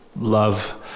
love